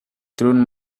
thrown